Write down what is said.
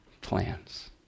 plans